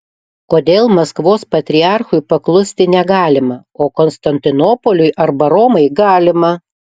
kodėl maskvos patriarchui paklusti negalima o konstantinopoliui arba romai galima